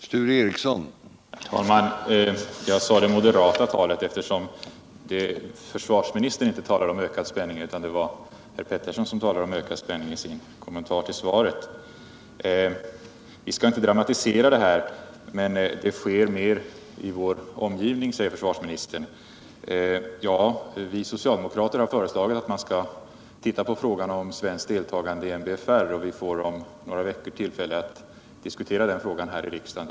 Herr talman! Jag sade ”det moderata talet”, eftersom inte försvarsministern talade om ökad spänning, utan det var herr Petersson som gjorde det i sin kommentar till svaret. Vi skall inte dramatisera detta, men det sker mer i vår omgivning, säger försvarsministern. Vi socialdemokrater har föreslagit att man tittar på frågan om svenskt deltagande i MBFR, och vi får om några veckor tillfälle att diskutera frågan här i riksdagen.